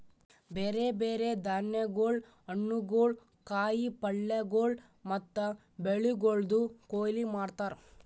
ಬ್ಯಾರೆ ಬ್ಯಾರೆ ಧಾನ್ಯಗೊಳ್, ಹಣ್ಣುಗೊಳ್, ಕಾಯಿ ಪಲ್ಯಗೊಳ್ ಮತ್ತ ಬೆಳಿಗೊಳ್ದು ಕೊಯ್ಲಿ ಮಾಡ್ತಾರ್